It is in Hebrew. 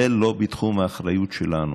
זה לא בתחום האחריות שלנו.